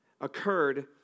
occurred